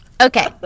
okay